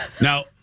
Now